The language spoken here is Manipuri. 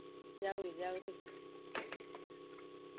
ꯌꯥꯎꯔꯤ ꯌꯥꯎꯔꯤ